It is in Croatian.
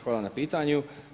Hvala na pitanju.